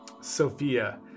Sophia